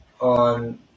on